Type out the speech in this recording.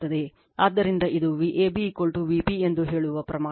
ಆದ್ದರಿಂದ ಇದು Vab Vp ಎಂದು ಹೇಳುವ ಪ್ರಮಾಣ